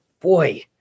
Boy